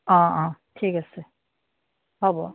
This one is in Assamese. অঁ অঁ ঠিক আছে হ'ব